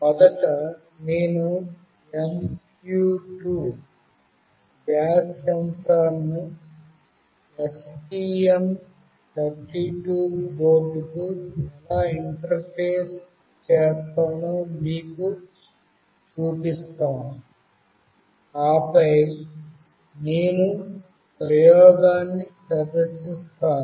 మొదట నేను MQ2 gas సెన్సార్ను STM32 బోర్డ్కు ఎలా ఇంటర్ఫేస్ చేస్తానో మీకు చూపిస్తాను ఆపై నేను ప్రయోగాన్ని ప్రదర్శిస్తాను